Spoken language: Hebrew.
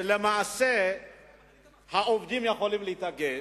שלמעשה העובדים יכולים להתאגד,